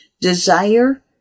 desire